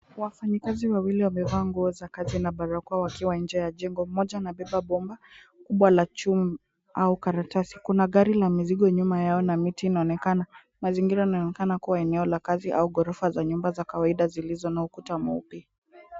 Wafanyikazi wawili wamevaa nguo za kazi na barakoa wakiwa nje ya jengo, mmoja anabeba bomba kubwa la chuma au karatasi. Kuna gari la mizigo nyuma yao na miti inaonekana. Mazingira yanaonekana kuwa eneo la kazi au ghorofa za nyumba za kawaida zilizo na ukuta mweupe.